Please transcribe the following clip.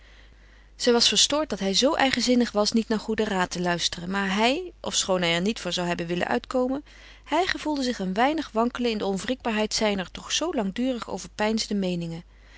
zij was verstoord dat hij zoo eigenzinnig was niet naar goeden raad te luisteren maar hij ofschoon hij er niet voor zou hebben willen uitkomen hij gevoelde zich een weinig wankelen in de onwrikbaarheid zijner toch zoo langdurig overpeinsde meeningen